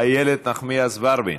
מוותרת, איילת נחמיאס ורבין,